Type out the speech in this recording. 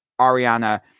Ariana